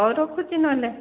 ହଉ ରଖୁଛି ନହେଲେ